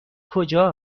کجا